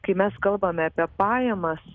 kai mes kalbame apie pajamas